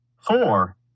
Four